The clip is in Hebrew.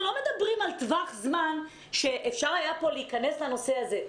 אנחנו לא מדברים על טווח זמן שאפשר היה פה להיכנס לנושא הזה.